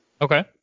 Okay